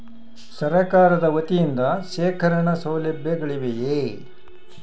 ಸರಕಾರದ ವತಿಯಿಂದ ಶೇಖರಣ ಸೌಲಭ್ಯಗಳಿವೆಯೇ?